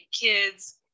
kids